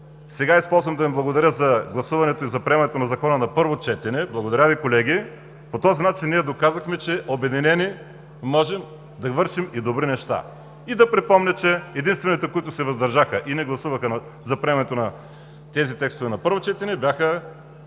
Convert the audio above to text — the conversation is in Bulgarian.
Използвам да им благодаря за гласуването и за приемането на Закона на първо четене. Благодаря Ви, колеги. По този начин доказахме, че обединени можем да вършим и добри неща. Да припомня, че единствените, които се въздържаха и не гласуваха приемането на тези текстове на първо четене, бяха